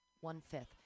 one-fifth